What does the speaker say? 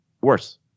worse